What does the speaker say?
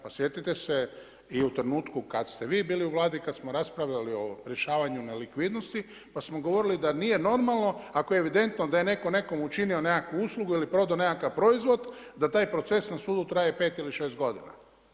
Pa sjetite se i u trenutku kad ste vi bili u Vladi, kad smo raspravljali o rješavanju nelikvidnosti, pa smo govorili da nije normalno ako je evidentno da je netko nekom učinio nekakvu uslugu ili prodao nekakav proizvod, da taj proces na sudu traje pet ili šest godina.